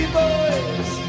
boys